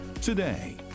today